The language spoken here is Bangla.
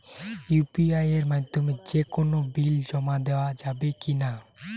ইউ.পি.আই এর মাধ্যমে যে কোনো বিল জমা দেওয়া যাবে কি না?